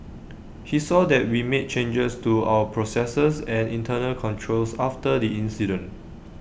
he saw that we made changes to our processes and internal controls after the incident